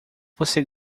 você